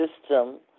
system